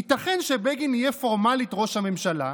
ייתכן שבגין יהיה פורמלית ראש הממשלה,